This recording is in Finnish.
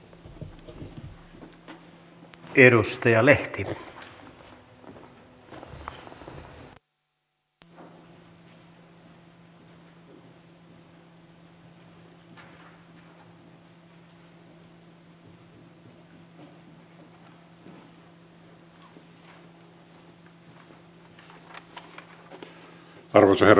arvoisa herra puhemies